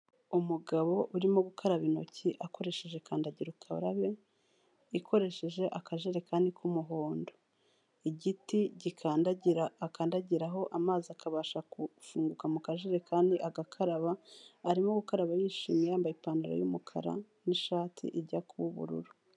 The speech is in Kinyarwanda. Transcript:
Umugabo urimo gukaraba intoki akoresheje kandagira ukarababe, ikoresheje akajerekani k'umuhondo. Igiti gikandagira akandagiraho amazi akabasha kufunguka mu kajerekani agakaraba, arimo gukaraba yishimye yambaye ipantaro y'umukara n'ishati ijya kuba ubururu.